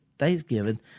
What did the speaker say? Thanksgiving